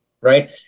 right